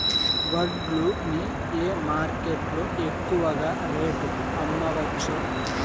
వడ్లు ని ఏ మార్కెట్ లో ఎక్కువగా రేటు కి అమ్మవచ్చు?